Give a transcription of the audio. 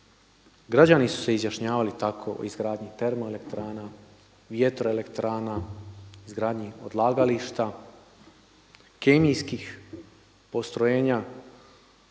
Građani su se izjašnjavali tako o izgradnji termoelektrana, vjetroelektrana, izgradnji odlagališta, kemijskih postrojenja